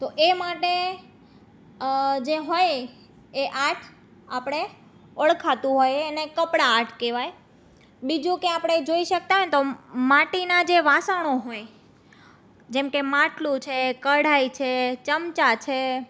તો એ માટે જે હોય એ આર્ટ આપણે ઓળખાતું હોય એને કપડાં આર્ટ કહેવાય બીજું કે આપણે જોઈ શકતાં હોય ને તો માટીનાં જે વાસણો હોય જેમ કે માટલું છે કઢાઈ છે ચમચાં છે